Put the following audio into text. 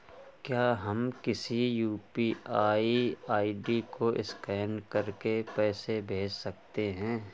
क्या हम किसी यू.पी.आई आई.डी को स्कैन करके पैसे भेज सकते हैं?